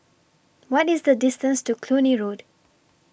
What IS The distance to Cluny Road